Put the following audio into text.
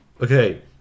Okay